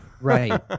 Right